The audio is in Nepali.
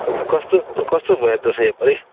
कस्तो कस्तो भयो दसैँ योपालि